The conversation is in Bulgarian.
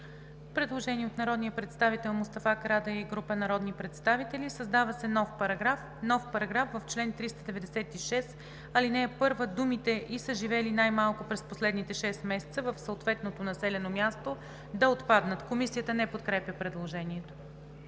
Предложение на народния представител Мустафа Карадайъ и група народни представители: „Създава се нов §...:„§... В чл. 397, ал. 1 думите „и са живели най-малко през последните 6 месеца в съответното населено място“ – да отпаднат.“ Комисията не подкрепя предложението.